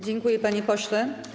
Dziękuję, panie pośle.